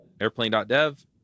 Airplane.dev